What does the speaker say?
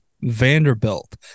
Vanderbilt